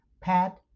Pat